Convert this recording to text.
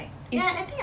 is